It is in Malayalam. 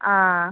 ആ